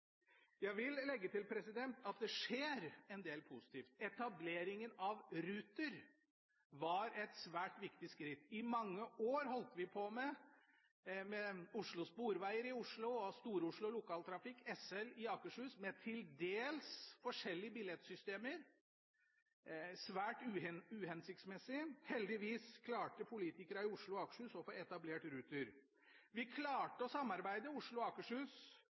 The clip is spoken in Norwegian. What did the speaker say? Jeg vil legge til at det skjer en del positivt. Etableringen av Ruter var et svært viktig skritt. I mange år holdt vi på med Oslo Sporveier i Oslo og Stor-Oslo Lokaltrafikk, SL i Akershus, med til dels forskjellige billettsystemer, svært uhensiktsmessig. Heldigvis klarte politikerne i Oslo og Akershus å få etablert Ruter. Oslo og Akershus klarte å samarbeide